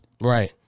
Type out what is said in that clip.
Right